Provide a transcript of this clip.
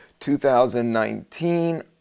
2019